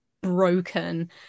broken